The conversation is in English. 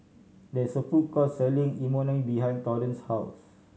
there is a food court selling Imoni behind Torrance's house